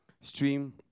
Stream